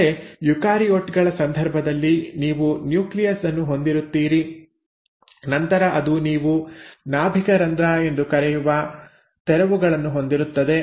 ಆದರೆ ಯುಕಾರಿಯೋಟ್ ಗಳ ಸಂದರ್ಭದಲ್ಲಿ ನೀವು ನ್ಯೂಕ್ಲಿಯಸ್ ಅನ್ನು ಹೊಂದಿರುತ್ತೀರಿ ನಂತರ ಅದು ನೀವು ನಾಭಿಕ ರಂಧ್ರ ಎಂದು ಕರೆಯುವ ತೆರವುಗಳನ್ನು ಹೊಂದಿರುತ್ತದೆ